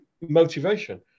motivation